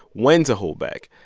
when to hold back.